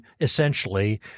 essentially